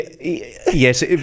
yes